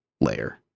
layer